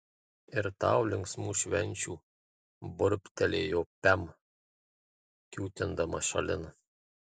ir tau linksmų švenčių burbtelėjo pem kiūtindama šalin